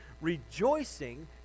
rejoicing